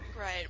Right